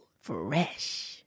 Fresh